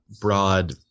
broad